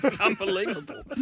Unbelievable